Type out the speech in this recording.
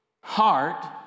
heart